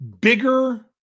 Bigger